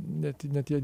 net net jei